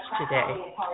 today